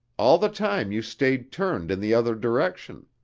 all the time you stayed turned in the other direction.